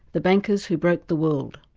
the bankers who broke the world.